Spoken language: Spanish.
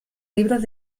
libros